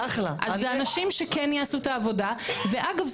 אז זה אנשים שכן יעשו את העבודה ואגב,